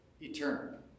eternal